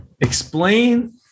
explain